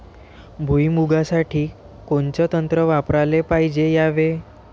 भुइमुगा साठी कोनचं तंत्र वापराले पायजे यावे?